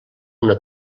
una